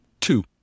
Two